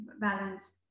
balance